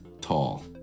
tall